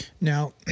Now